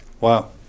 wow